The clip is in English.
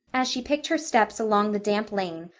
as she picked her steps along the damp lane,